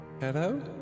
Hello